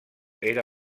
era